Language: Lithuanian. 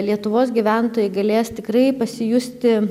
lietuvos gyventojai galės tikrai pasijusti